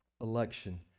election